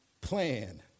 plan